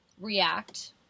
react